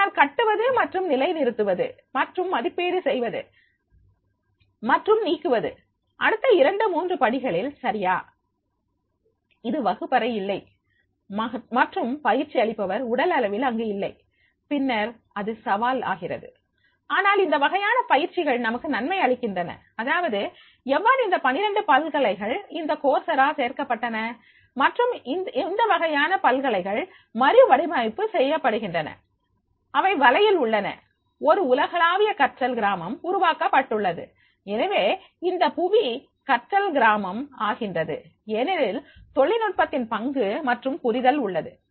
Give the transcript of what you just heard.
ஆனால் கட்டுவது மற்றும் நிலைநிறுத்துவது மற்றும் மதிப்பீடு செய்வது மற்றும் நீக்குவது அடுத்த இரண்டு மூன்று படிகளில் சரியா இது வகுப்பறை இல்லை மற்றும் பயிற்சி அளிப்பவர் உடல் அளவில் அங்கு இல்லை பின்னர் அது சவால் ஆகிறது ஆனால் இங்கு இந்த வகையான முயற்சிகள் நமக்கு நன்மை அளிக்கின்றன அதாவது எவ்வாறு அந்த 12 பல்கலைகள் இருந்து கோர்ஸ் இரா சேர்க்கப்பட்டன மற்றும் இந்த வகையான பல்கலைகள் மறு வடிவமைப்பு செய்யப்படுகின்றன அவை வலையில் உள்ளன ஒரு உலகளாவிய கற்றல் கிராமம் உருவாக்கப்பட்டுள்ளது எனவே இந்த புவி கற்றல் கிராமம் ஆகின்றது ஏனெனில் தொழில்நுட்பத்தின் பங்கு மற்றும் புரிதல் உள்ளது